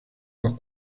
los